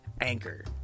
Anchor